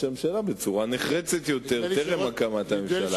הממשלה בצורה נחרצת יותר טרם הקמת הממשלה.